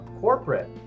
corporate